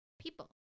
people